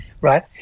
Right